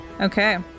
Okay